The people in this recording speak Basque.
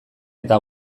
eta